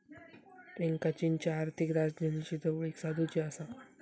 त्येंका चीनच्या आर्थिक राजधानीशी जवळीक साधुची आसा